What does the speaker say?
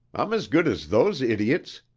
i'm as good as those idiots.